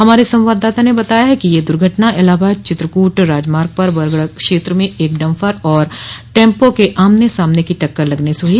हमारे संवाददाता ने बताया है कि यह दुर्घटना इलाहाबाद चित्रकूट राजमार्ग पर प बरगड़ क्षेत्र में एक डम्फर और टैम्पों के आमने सामने की टक्कर लगने से हुई